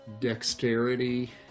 dexterity